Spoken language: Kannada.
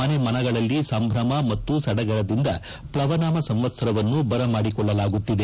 ಮನೆ ಮನಗಳಲ್ಲಿ ಸಂಭ್ರಮ ಮತ್ತು ಸಡಗರದಿಂದ ಪ್ಲವ ನಾಮ ಸಂವತ್ತರವನ್ನು ಬರಮಾಡಿಕೊಳ್ಳಲಾಗುತ್ತಿದೆ